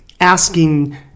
asking